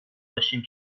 داشتیم